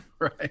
right